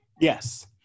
Yes